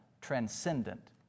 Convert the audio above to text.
transcendent